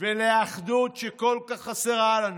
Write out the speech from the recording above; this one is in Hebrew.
ולאחדות שכל כך חסרה לנו,